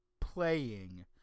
Playing